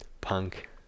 punk